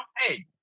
Hey